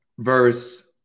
Verse